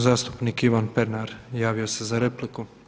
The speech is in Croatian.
Zastupnik Ivan Pernar javio se za repliku.